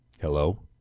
hello